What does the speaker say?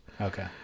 Okay